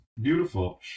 beautiful